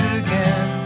again